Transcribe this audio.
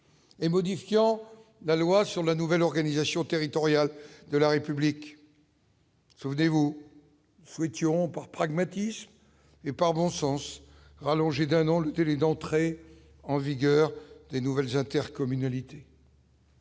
et modifiant la loi sur la nouvelle organisation territoriale de la République. Souvenez-vous frictions par pragmatisme et par bon sens rallongée d'un an le délai d'entrée en vigueur des nouvelles intercommunalités.